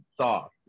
soft